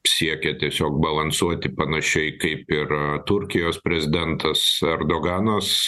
siekia tiesiog balansuoti panašiai kaip ir turkijos prezidentas erdoganas